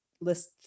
list